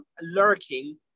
lurking